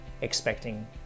expecting